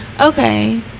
Okay